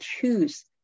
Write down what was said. choose